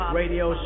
radio